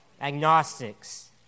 agnostics